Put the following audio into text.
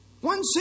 One